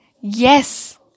Yes